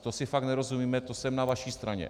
To si fakt nerozumíme, to jsem na vaší straně.